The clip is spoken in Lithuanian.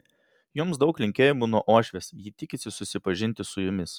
jums daug linkėjimų nuo uošvės ji tikisi susipažinti su jumis